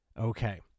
Okay